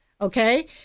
Okay